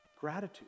gratitude